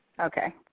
Okay